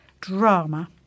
drama